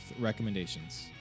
recommendations